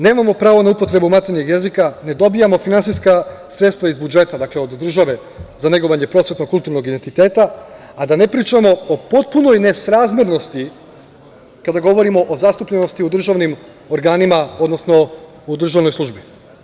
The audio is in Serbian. Nemamo pravo na upotrebu maternjeg jezika, ne dobijamo finansijska sredstva iz budžeta, dakle, od države, za negovanje prosvetnog, kulturnog identiteta, a da ne pričamo o potpunoj nesrazmernosti kada govorimo o zastupljenosti u državnim organima, odnosno u državnoj službi.